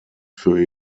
für